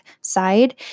side